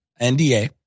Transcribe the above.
NDA